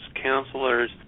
counselors